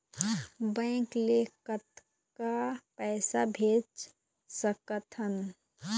Bank ले कतक पैसा भेज सकथन?